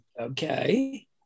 okay